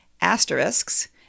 Asterisks